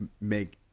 make